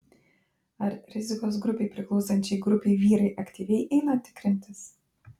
ar rizikos grupei priklausančiai grupei vyrai aktyviai eina tikrintis